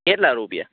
કેટલા રૂપિયા